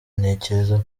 ntekereza